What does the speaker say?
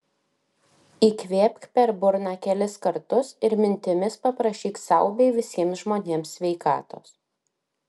įkvėpk per burną kelis kartus ir mintimis paprašyk sau bei visiems žmonėms sveikatos